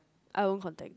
I will contact them